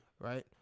Right